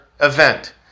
event